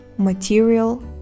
material